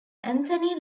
anthony